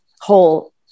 whole